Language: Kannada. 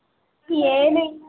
ಏನೂ ಇಲ್ಲ